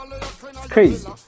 Crazy